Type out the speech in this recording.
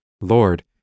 Lord